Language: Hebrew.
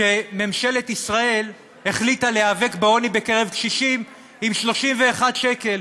שממשלת ישראל החליטה להיאבק בעוני בקרב קשישים עם 31 שקל,